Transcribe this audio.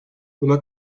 buna